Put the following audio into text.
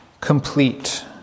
complete